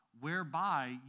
whereby